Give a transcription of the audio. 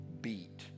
beat